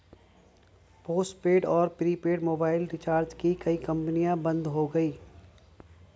postpaid और prepaid mobile recharge की कई कंपनियां बंद हो गई